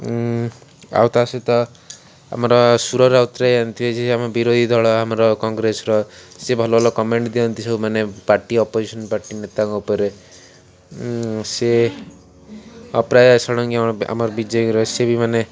ଆଉ ତା ସହିତ ଆମର ସୁର ରାଉତରାୟ ଏମିତି ଆମ ବିରୋଧି ଦଳ ଆମର କଂଗ୍ରେସ୍ର ସିଏ ଭଲ ଭଲ କମେଣ୍ଟ୍ ଦିଅନ୍ତି ସବୁ ମାନେ ପାର୍ଟି ଅପୋଜିସନ୍ ପାର୍ଟି ନେତାଙ୍କ ଉପରେ ସେ ଅପରାଜିତା ଷଡ଼ଙ୍ଗୀ ଆମର ବିଜେପିର ସିଏ ବି ମାନେ